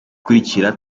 ikurikira